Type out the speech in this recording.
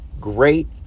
great